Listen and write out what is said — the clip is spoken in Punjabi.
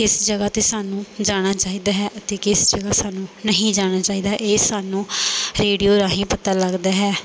ਕਿਸ ਜਗ੍ਹਾ 'ਤੇ ਸਾਨੂੰ ਜਾਣਾ ਚਾਹੀਦਾ ਹੈ ਅਤੇ ਕਿਸ ਜਗ੍ਹਾ ਸਾਨੂੰ ਨਹੀਂ ਜਾਣਾ ਚਾਹੀਦਾ ਹੈ ਇਹ ਸਾਨੂੰ ਰੇਡੀਓ ਰਾਹੀਂ ਪਤਾ ਲੱਗਦਾ ਹੈ